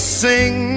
sing